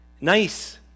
nice